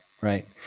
right